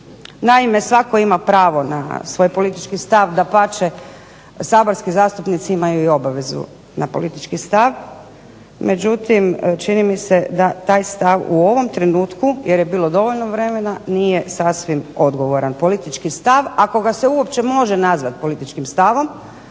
Naime, svatko ima pravo na svoj politički stav. Dapače, saborski zastupnici imaju i obavezu na politički stav, međutim čini mi se da taj stav u ovom trenutku, jer je bilo dovoljno vremena, nije sasvim odgovoran politički stav, ako ga se uopće može nazvat političkim stavom